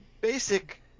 basic